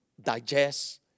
Digest